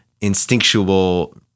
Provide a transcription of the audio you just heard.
instinctual